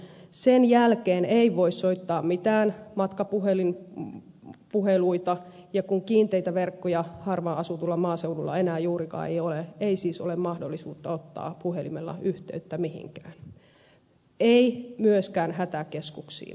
sen jälkeen ei voi soittaa mitään matkapuheluita ja kun kiinteitä verkkoja harvaanasutulla maaseudulla ei enää juurikaan ole ei siis ole mahdollisuutta ottaa puhelimella yhteyttä mihinkään ei myöskään hätäkeskuksiin